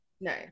No